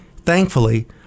Thankfully